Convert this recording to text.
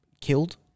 killed